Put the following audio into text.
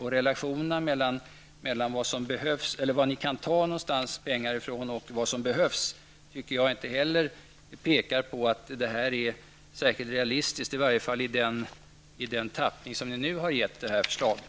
Och relationer mellan varifrån ni kan ta pengar och vad som behövs, tycker jag inte heller pekar på att det här är särskilt realistiskt, åtminstone inte i den tappning som ni nu har gett det här förslaget.